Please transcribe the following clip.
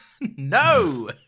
no